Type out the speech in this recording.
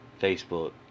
facebook